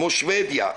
כמו שבדיה.